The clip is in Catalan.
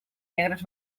negres